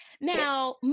Now